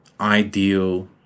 ideal